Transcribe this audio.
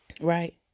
Right